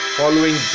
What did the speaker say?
following